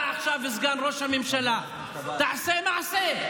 אתה עכשיו סגן ראש הממשלה, תעשה מעשה.